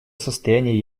состояние